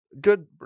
good